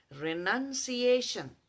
Renunciation